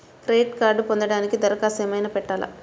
Credit కార్డ్ను పొందటానికి దరఖాస్తు ఏమయినా పెట్టాలా?